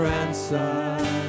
answer